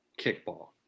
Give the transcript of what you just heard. kickball